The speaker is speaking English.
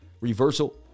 reversal